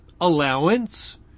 allowance